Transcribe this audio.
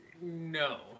No